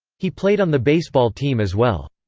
he played on the baseball team as well.